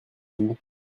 vous